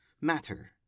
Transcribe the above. matter